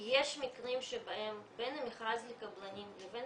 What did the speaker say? יש מקרים שבהם בין המכרז לקבלנים לבין